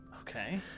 Okay